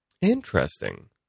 Interesting